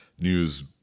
news